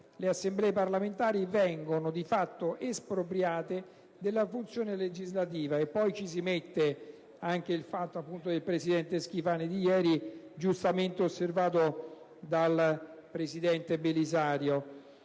Le Assemblee parlamentari vengono - di fatto - espropriate della funzione legislativa, e poi ci si mette anche la decisione di ieri del presidente Schifani, giustamente rilevata dal presidente Belisario.